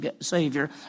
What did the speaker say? Savior